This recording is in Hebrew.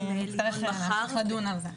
נצטרך לדון על זה.